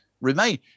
remain